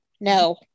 no